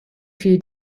few